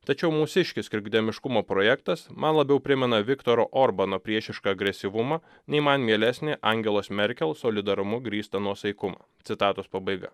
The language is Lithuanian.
tačiau mūsiškis krigdemiškumo projektas man labiau primena viktoro orbano priešišką agresyvumą nei man mielesnė angelos merkel solidarumu grįstą nuosaikumą citatos pabaiga